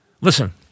listen